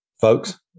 Folks